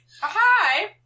Hi